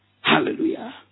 Hallelujah